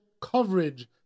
Coverage